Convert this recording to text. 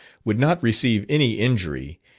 would not receive any injury,